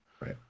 Right